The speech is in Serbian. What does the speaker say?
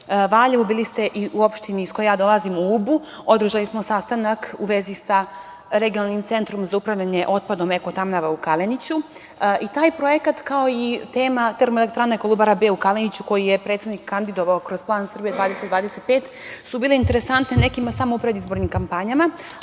Valjevu bili ste u opštini iz koje ja dolazim, u Ubu. Održali smo sastanak u vezi sa Regionalnim centrom za upravljanje otpadom "EKO-TAMNAVA" u Kaleniću. Taj projekat, kao i tema Termoelektrane „Kolubara B“ u Kaleniću, koju je predsednik kandidovao kroz plan Srbija 2025, bili su interesantni nekima samo u predizbornim kampanjama,